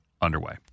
underway